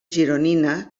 gironina